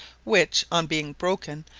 which, on being broken,